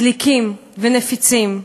דליקים ונפיצים.